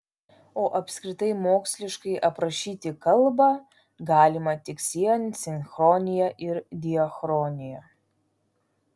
o apskritai moksliškai aprašyti kalbą galima tik siejant sinchronija ir diachroniją